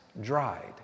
dried